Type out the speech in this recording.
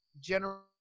general